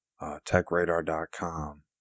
techradar.com